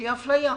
שהיא אפליה.